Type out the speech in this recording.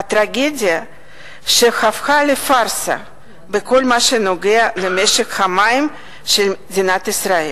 הטרגדיה שהפכה לפארסה בכל מה שנוגע למשק המים של ישראל.